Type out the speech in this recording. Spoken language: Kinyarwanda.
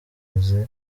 mazi